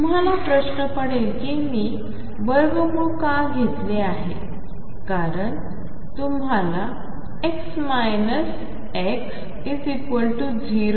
तुम्हाला प्रश्न पडेल की मी वर्गमूळ का घेत आहे कारण तुम्हाला ⟨x ⟨x⟩⟩0